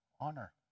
Honor